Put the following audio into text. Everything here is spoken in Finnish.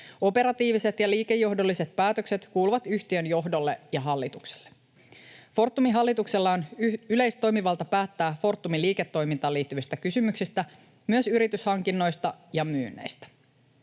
Operatiiviset ja liikkeenjohdolliset päätökset kuuluvat yhtiön johdolle ja hallitukselle. Fortumin hallituksella on yleistoimivalta päättää Fortumin liiketoimintaan liittyvistä kysymyksistä, myös yrityshankinnoista ja ‑myynneistä.